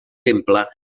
temple